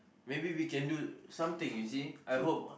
maybe we can do something you see I hope